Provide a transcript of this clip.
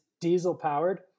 diesel-powered